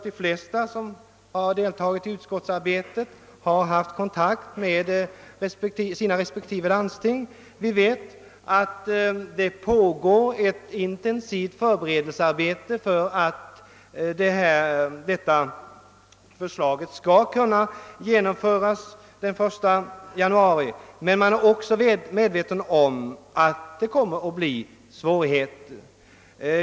De flesta som deltagit i utskottsarbetet har haft kontakt med sina respektive landsting, och de vet därför att det pågår ett intensivt förberedelsearbete för att förslaget skall kunna genomföras den 1 januari. Man är också medveten om att det kommer att uppstå svårigheter.